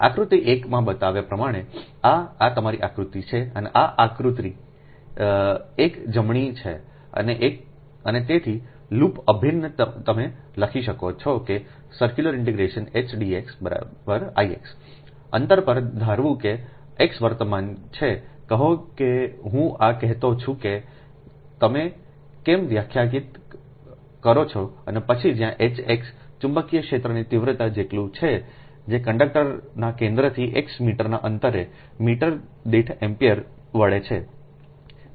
આકૃતિ એક માં બતાવ્યા પ્રમાણે આ આ તમારી આકૃતિ છે આ આકૃતિ એક જમણી છે અને તેથી લૂપ અભિન્ન તમે લખી શકો છો કેHdx Ixઅંતર પર ધારવું x વર્તમાન છે કહો કે હું આ કહેતો છું કે તમે કેમ વ્યાખ્યાયિત કરો છો અને પછી જ્યાંH x ચુંબકીય ક્ષેત્રની તીવ્રતા જેટલું છે જે કંડક્ટરના કેન્દ્રથી x મીટરના અંતરે મીટર દીઠ એમ્પીયર વળે છે